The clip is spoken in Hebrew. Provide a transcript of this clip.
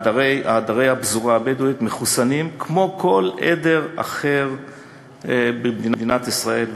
עדרי הפזורה הבדואית מחוסנים כמו כל עדר אחר במדינת ישראל,